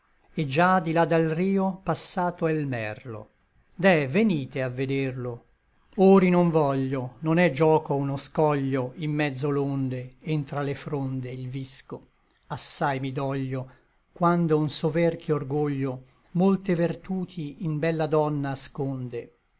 et già di là dal rio passato è l merlo deh venite a vederlo or i non voglio non è gioco uno scoglio in mezzo l'onde e ntra le fronde il visco assai mi doglio quando un soverchio orgoglio molte vertuti in bella donna asconde